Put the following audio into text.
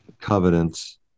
covenants